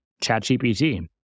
ChatGPT